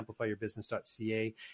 amplifyyourbusiness.ca